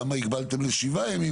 למה הגבלתם ל-7 ימים?